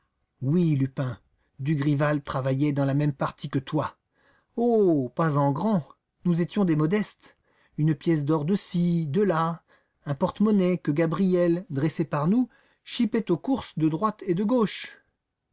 oui lupin dugrival travaillait dans la même partie que toi oh pas en grand nous étions des modestes une pièce d'or de-ci de-là un porte-monnaie que gabriel dressé par nous chipait aux courses de droite et de gauche